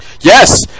Yes